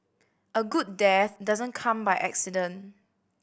a good death doesn't come by accident